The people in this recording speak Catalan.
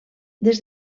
des